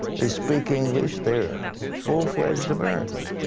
they speak english. they're full-fledge americans.